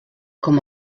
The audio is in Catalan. com